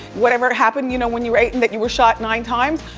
whatever happened, you know, when you were eight and that you were shot nine times,